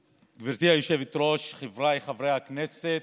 היושבת-ראש, חבריי חברי הכנסת,